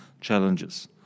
challenges